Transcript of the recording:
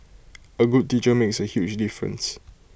A good teacher makes A huge difference